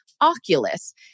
Oculus